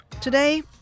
today